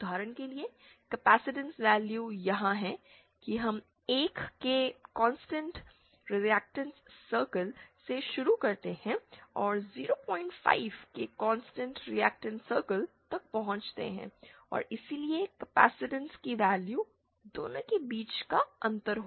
उदाहरण के लिए कैपेसिटेंस वैल्यू यहाँ है कि हम 1 के कांस्टेंट रिएक्टेंस सर्कल से शुरू करते हैं और 05 के कॉन्सटेंट रिएक्टेंस सर्कल तक पहुँचते हैं और इसलिए कैपेसिटेंस की वैल्यू दोनों के बीच का अंतर होगा